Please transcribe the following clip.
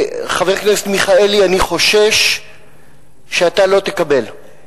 חבר הכנסת מיכאלי, אני חושש שאתה לא תקבל,